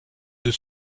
deux